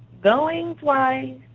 going twice.